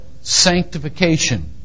sanctification